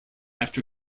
after